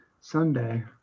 Sunday